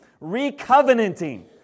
Re-covenanting